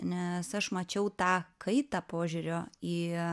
nes aš mačiau tą kaitą požiūrio į